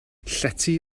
llety